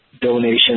donation